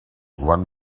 one